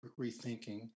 rethinking